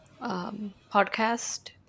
podcast